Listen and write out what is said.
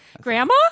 Grandma